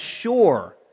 sure